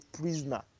prisoner